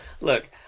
Look